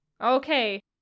Okay